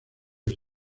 les